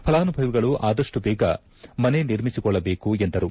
ಥಲಾನುಭವಿಗಳು ಆದಷ್ಟು ಬೇಗ ಮನೆಯ ನಿರ್ಮಿಸಿಕೊಳ್ಳಬೇಕೆಂದರು